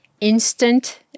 instant